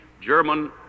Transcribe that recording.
German